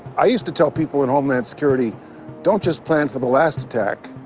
i used to tell people in homeland security don't just plan for the last attack.